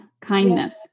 kindness